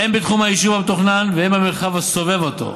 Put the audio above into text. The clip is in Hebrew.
הן בתחום היישוב המתוכנן והן במרחב הסובב אותו.